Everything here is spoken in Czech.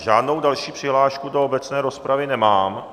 Žádnou další přihlášku do obecné rozpravy nemám.